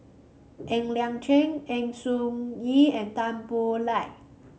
Ng Liang Chiang soon Yee and Tan Boo Liat